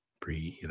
breathe